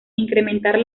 incrementar